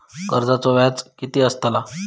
कर्जाचो व्याज कीती असताला?